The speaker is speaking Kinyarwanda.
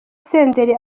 senderi